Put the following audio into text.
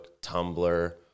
Tumblr